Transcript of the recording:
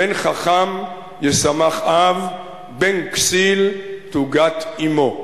"בן חכם ישמח אב ובן כסיל תוגת אמו".